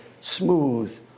smooth